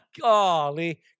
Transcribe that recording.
Golly